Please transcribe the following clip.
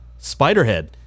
Spiderhead